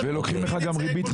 משרד הבריאות מבין את זה.